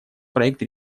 проект